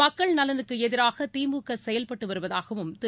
மக்கள் நலனுக்கு எதிராக திமுக செயல்பட்டு வருவதாகவும் திரு